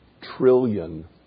trillion